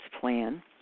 plan